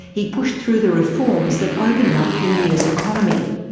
he pushed through the reforms that opened up india's economy.